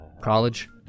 college